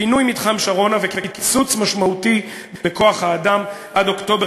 פינוי מתחם שרונה וקיצוץ משמעותי בכוח-האדם עד אוקטובר